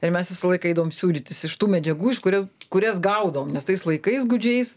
ir mes visą laiką eidavom siūdytis iš tų medžiagų iš kurių kurias gaudavom nes tais laikais gūdžiais